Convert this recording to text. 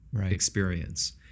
experience